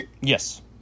Yes